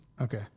Okay